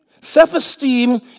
Self-esteem